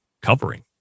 covering